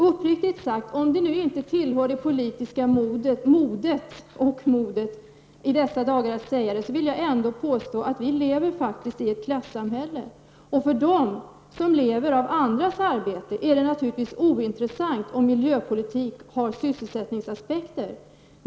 Uppriktigt sagt: Även om det inte i dag tillhör det politiska modet att säga det, vill jag påstå att vi lever i ett klassamhälle. För dem som lever av andras arbete är det naturligtvis ointressant om en miljöpolitik har sysselsättningsaspekter.